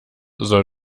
soll